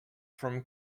from